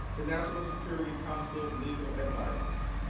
to national security council legal advisors.